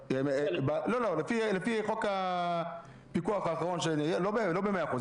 לפי חוק הפיקוח האחרון לא במאה אחוז,